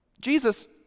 Jesus